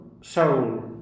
Soul